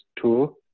two